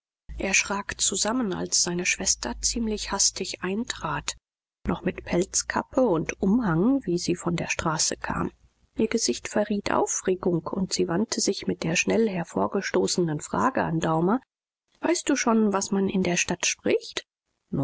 schrak zusammen als seine schwester ziemlich hastig eintrat noch mit pelzkappe und umhang wie sie von der straße kam ihr gesicht verriet aufregung und sie wandte sich mit der schnell hervorgestoßenen frage an daumer weißt du schon was man in der stadt spricht